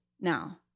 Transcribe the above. now